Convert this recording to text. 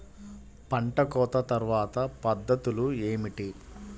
పంట కోత తర్వాత పద్ధతులు ఏమిటి?